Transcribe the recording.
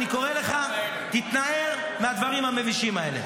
אני קורא לך: תתנער מהדברים המבישים האלה.